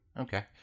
Okay